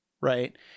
Right